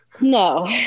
No